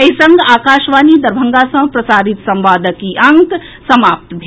एहि संग आकाशवाणी दरभंगा सँ प्रसारित संवादक ई अंक समाप्त भेल